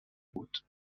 بود